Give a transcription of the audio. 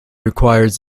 requires